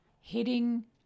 hitting